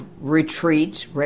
retreats